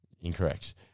Incorrect